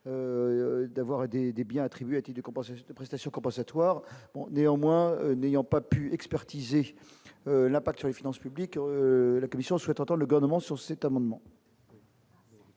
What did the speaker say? d'avoir aidé des biens attribués a été de compenser une prestation compensatoire, néanmoins, n'ayant pas pu expertiser l'impact sur les finances publiques, la commission souhaite entend le garnement sur cet amendement.